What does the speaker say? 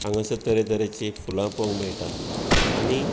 हांगासर तरेतरेचीं फुलां पळोवंक मेळटा आनी